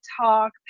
talk